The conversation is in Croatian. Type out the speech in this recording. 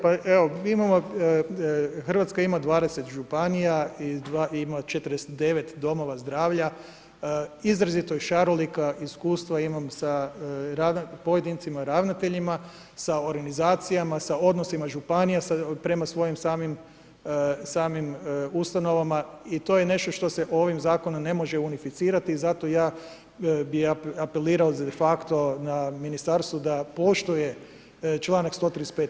Pa evo mi imamo, Hrvatska ima 20 županija i ima 49 domova zdravlja, izrazito je šarolika, iskustva imam sa pojedincima ravnateljima, sa organizacijama, sa odnosima županija prema svojim samim ustanovama i to je nešto što se ovim zakonom ne može unificirati, zato ja bi apelirao de facto na ministarstvo da poštuje članak 135.